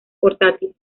portátil